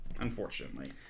unfortunately